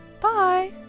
bye